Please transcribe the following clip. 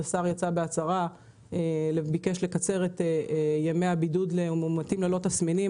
השר יצא בהצהרה וביקש לקצר את ימי הבידוד למאומתים ללא תסמינים.